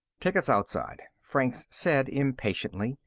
take us outside, franks said impatiently.